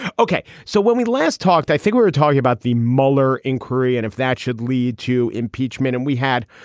ok. so when we last talked, i think we were talking about the mueller inquiry and if that should lead to impeachment and we had,